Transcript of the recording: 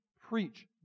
preach